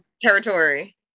territory